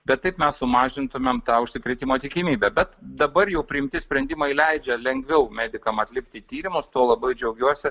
bet taip mes sumažintumėm tą užsikrėtimo tikimybę bet dabar jau priimti sprendimai leidžia lengviau medikam atlikti tyrimus tuo labai džiaugiuosi